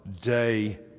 day